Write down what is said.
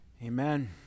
Amen